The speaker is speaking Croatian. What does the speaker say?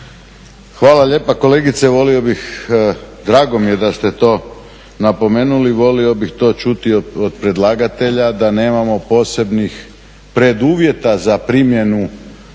Hvala lijepa. Kolegice, volio bih, drago mi je da ste to napomenuli, volio bih to čuti od predlagatelja da nemamo posebnih preduvjeta za primjenu